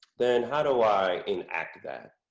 then how do i enact that?